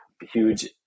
huge